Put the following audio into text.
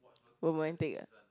romantic ah